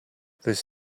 this